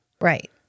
Right